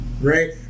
Right